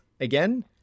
again